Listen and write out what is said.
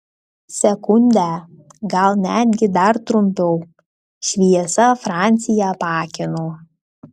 sekundę gal netgi dar trumpiau šviesa francį apakino